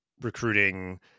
recruiting